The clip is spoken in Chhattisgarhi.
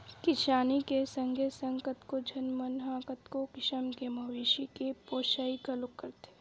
किसानी के संगे संग कतको झन मन ह कतको किसम के मवेशी के पोसई घलोक करथे